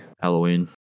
Halloween